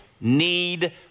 need